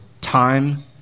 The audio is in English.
time